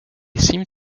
seemed